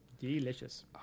Delicious